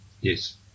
Yes